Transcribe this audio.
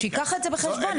שייקח את זה בחשבון.